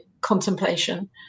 contemplation